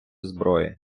зброї